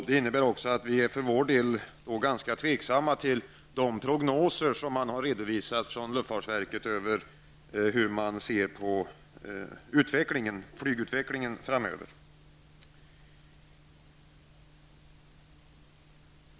Det innebär också att vi för vår del är ganska tveksamma till de prognoser som luftfartsverket redovisat över flygutvecklingen framöver.